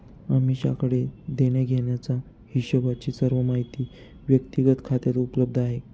अमीषाकडे देण्याघेण्याचा हिशोबची सर्व माहिती व्यक्तिगत खात्यात उपलब्ध आहे